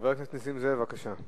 חבר הכנסת נסים זאב, בבקשה.